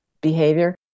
behavior